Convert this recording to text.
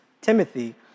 Timothy